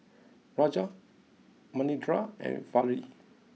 Raja Manindra and Fali